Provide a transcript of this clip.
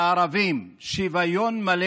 לערבים שוויון מלא